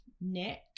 Nick